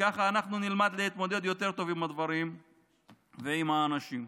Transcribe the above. וככה אנחנו נלמד להתמודד יותר טוב עם הדברים ועם האנשים.